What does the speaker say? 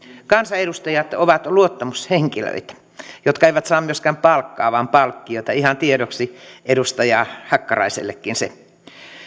kansanedustajat ovat luottamushenkilöitä jotka myöskään eivät saa palkkaa vaan palkkiota ihan tiedoksi edustaja hakkaraisellekin se